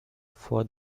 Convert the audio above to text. for